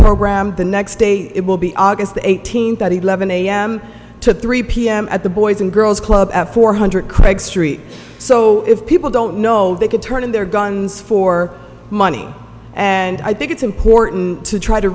program the next day it will be august eighteenth at eleven a m to three p m at the boys and girls club at four hundred craig street so if people don't know they can turn in their guns for money and i think it's important to try to